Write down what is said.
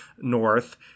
North